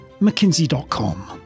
mckinsey.com